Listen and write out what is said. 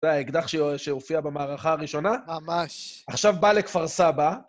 אתה יודע, אקדח ש-שהופיע במערכה הראשונה? ממש. עכשיו בא לכפר סבא,